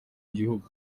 gihugu